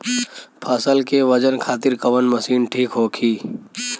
फसल के वजन खातिर कवन मशीन ठीक होखि?